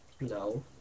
No